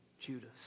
Judas